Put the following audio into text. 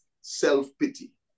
self-pity